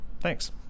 Thanks